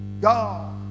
God